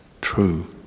true